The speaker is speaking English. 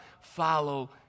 follow